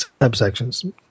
subsections